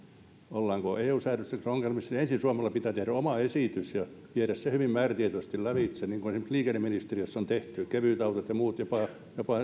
ollaanko eu säädöksissä ongelmissa niin ensin suomen pitää tehdä oma esitys ja viedä se hyvin määrätietoisesti lävitse niin kuin esimerkiksi liikenneministeriössä on tehty kevytautot ja muut ja jopa